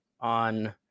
on